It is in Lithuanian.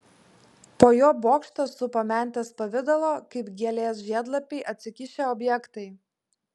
po juo bokštą supo mentės pavidalo kaip gėlės žiedlapiai atsikišę objektai